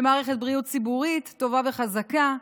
במערכת בריאות ציבורית טובה וחזקה,